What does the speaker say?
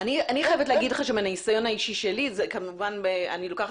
אני חייבת לומר לך שמהניסיון האישי שלי אני כמובן לוקחת